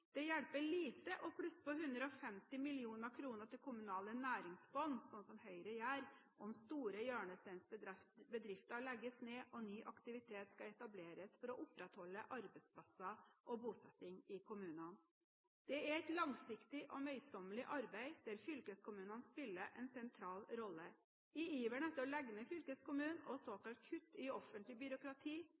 Det hjelper lite å plusse på 150 mill. kr til kommunale næringsfond, som Høyre gjør, om store hjørnesteinsbedrifter legges ned, og ny aktivitet skal etableres for å opprettholde arbeidsplasser og bosetting i kommunene. Det er et langsiktig og møysommelig arbeid der fylkeskommunene spiller en sentral rolle. I iveren etter å legge ned fylkeskommunen og såkalte kutt i offentlig byråkrati